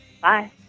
Bye